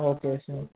okay sir